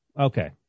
Okay